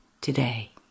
today